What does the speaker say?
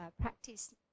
practice